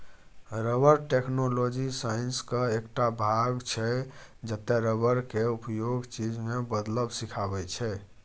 rubber technology साइंसक एकटा भाग छै जतय रबर केँ उपयोगी चीज मे बदलब सीखाबै छै